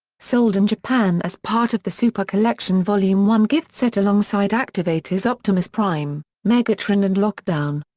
sold in japan as part of the super collection vol. um one gift set alongside activators optimus prime, megatron and lockdown.